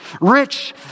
Rich